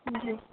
جی